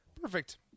Perfect